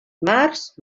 març